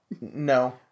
No